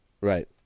Right